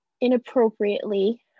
inappropriately